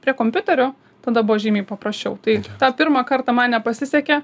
prie kompiuterio tada buvo žymiai paprasčiau tai tą pirmą kartą man nepasisekė